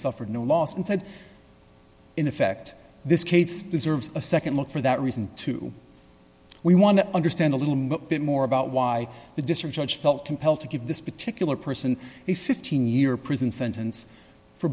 suffered no loss and said in effect this case deserves a nd look for that reason too we want to understand a little bit more about why the district judge felt compelled to give this particular person a fifteen year prison sentence for